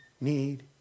need